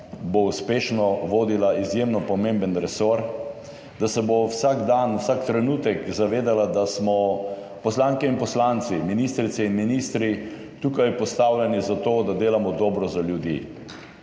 bo uspešno vodila izjemno pomemben resor, da se bo vsak dan, vsak trenutek zavedala, da smo poslanke in poslanci, ministrice in ministri tukaj postavljeni zato, da delamo dobro za ljudi.